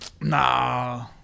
Nah